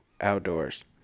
outdoors